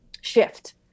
shift